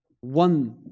One